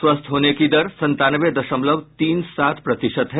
स्वस्थ होने की दर संतानवे दशमलव तीन सात प्रतिशत है